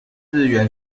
字元